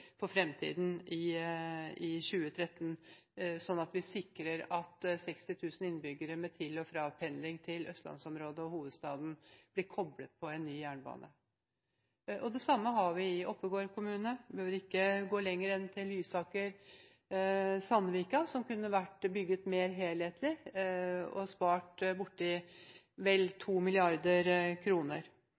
fremtiden i 2013, slik at vi sikrer at 60 000 innbyggere med til-og-fra-pendling til østlandsområdet og hovedstaden blir koblet på en ny jernbane. Det samme har vi i Oppegård kommune. Vi behøver ikke å gå lenger enn til Lysaker–Sandvika, som kunne vært bygd mer helhetlig, og dermed kunne en spart vel